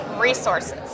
Resources